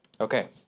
Okay